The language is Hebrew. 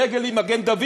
דגל עם מגן-דוד,